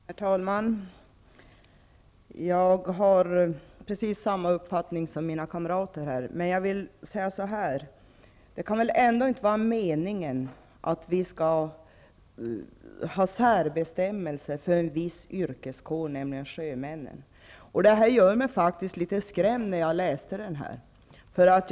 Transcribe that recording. Herr talman! Jag har precis samma uppfattning som mina kamrater här. Men det kan väl ändå inte vara meningen att det skall vara särbestämmelser för en viss yrkeskår, för sjömännen. Jag blev faktiskt litet skrämd när jag läste promemorian.